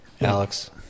Alex